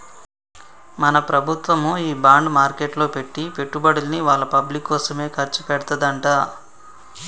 మన ప్రభుత్వము ఈ బాండ్ మార్కెట్లో పెట్టి పెట్టుబడుల్ని వాళ్ళ పబ్లిక్ కోసమే ఖర్చు పెడతదంట